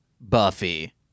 Buffy